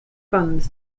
funds